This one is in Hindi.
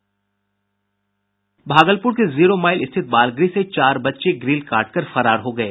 भागलपुर के जीरो माईल स्थित बाल गृह से चार बच्चे ग्रिल काटकर फरार हो गये